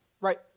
Right